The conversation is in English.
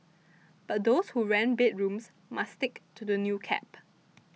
but those who rent bedrooms must stick to the new cap